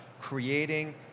creating